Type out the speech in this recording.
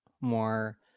more